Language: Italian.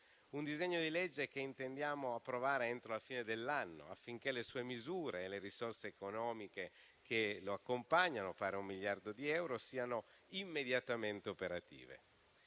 un disegno di legge che intendiamo approvare entro la fine dell'anno, affinché le sue misure e le risorse economiche che lo accompagnano, pari a un miliardo di euro, siano immediatamente operative.